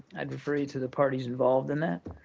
i'd refer you to the parties involved in that.